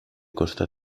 costa